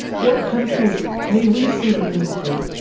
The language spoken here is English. what countries may we sing into?